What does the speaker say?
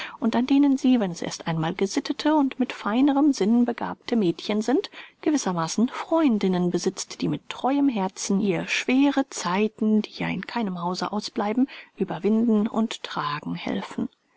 an denen sie wenn es erst einmal gesittete und mit feinerem sinn begabte mädchen sind gewissermaßen freundinnen besitzt die mit treuem herzen ihr schwere zeiten die ja in keinem hause ausbleiben überwinden und tragen helfen